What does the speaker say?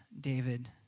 David